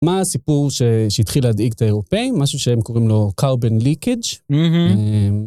מה הסיפור שהתחיל לדאיג את האירופאים, משהו שהם קוראים לו Carbon Leakage.